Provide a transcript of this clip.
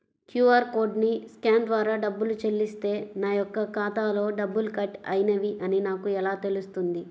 QR కోడ్ని scan ద్వారా డబ్బులు చెల్లిస్తే నా యొక్క ఖాతాలో డబ్బులు కట్ అయినవి అని నాకు ఎలా తెలుస్తుంది?